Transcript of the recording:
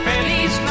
Feliz